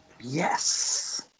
Yes